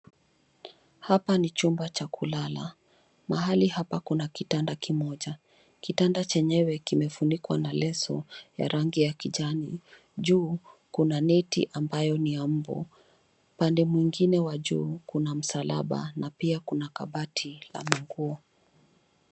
Hapa ni chumba cha kulala. Mahali hapa kuna kitanda kimoja. Kitanda chenyewe kimefunikwa na leso ya rangi ya kijani. Juu kuna neti ambayo ni ya mbu. Upande mwingine wa juu kuna msalaba na pia kuna kabati la manguo.